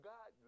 God